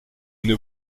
une